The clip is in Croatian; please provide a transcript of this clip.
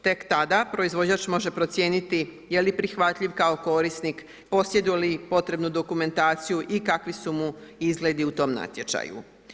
Tek tada proizvođač može procijeniti je li prihvatljiv kao korisnik, posjeduje li potrebnu dokumentaciju i kakvi su mu izgledi u tom natječaju.